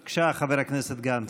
בבקשה, חבר הכנסת גנץ.